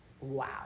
Wow